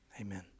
Amen